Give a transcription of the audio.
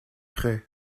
prêt